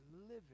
living